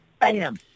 bam